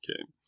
Okay